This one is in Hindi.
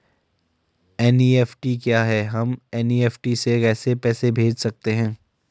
एन.ई.एफ.टी क्या है हम एन.ई.एफ.टी से कैसे पैसे भेज सकते हैं?